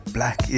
Black